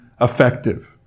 effective